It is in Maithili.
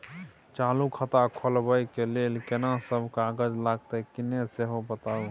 चालू खाता खोलवैबे के लेल केना सब कागज लगतै किन्ने सेहो बताऊ?